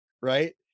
right